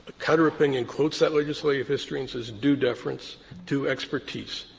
cutter opinion quotes that legislative history and says due deference to expertise.